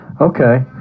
Okay